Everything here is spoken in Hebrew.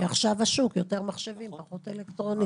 כי עכשיו השוק יותר מחשבים, פחות אלקטרוניקה.